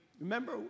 Remember